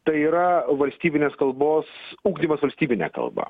tai yra valstybinės kalbos ugdymas valstybine kalba